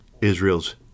Israel's